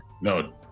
No